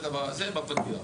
זה בפתיח.